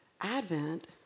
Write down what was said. Advent